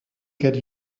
get